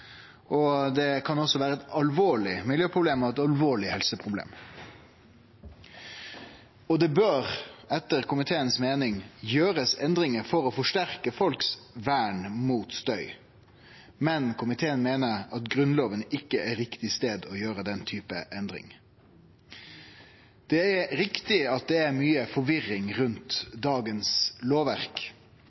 helseproblem. Det kan også vere eit alvorleg miljøproblem og eit alvorleg helseproblem. Det bør, etter kva komiteen meiner, gjerast endringar for å forsterke vernet folk har mot støy. Men komiteen meiner at Grunnlova ikkje er riktig stad for å gjere den typen endring. Det er riktig at det er mykje forvirring rundt